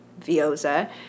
Vioza